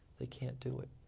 they can't do it.